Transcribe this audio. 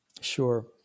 Sure